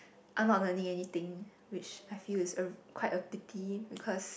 I'm not learning anything which I feel it's a quite a pity because